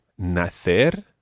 nacer